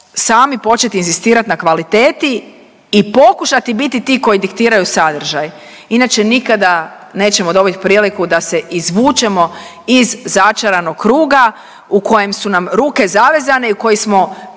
sami početi inzistirati na kvaliteti i pokušati biti ti koji diktiraju sadržaj inače nikada nećemo dobiti priliku da se izvučemo iz začaranog kruga u kojem su nam ruke zavezane i u koji smo